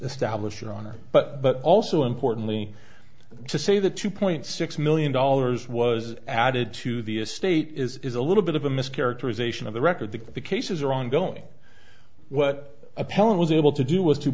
established your honor but but also importantly to say that two point six million dollars was added to the estate is a little bit of a mischaracterization of the record that the cases are ongoing what appellant was able to do was to